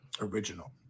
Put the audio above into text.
original